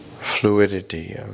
fluidity